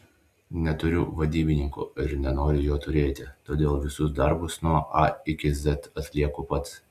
neturiu vadybininko ir nenoriu jo turėti todėl visus darbus nuo a iki z atlieku pats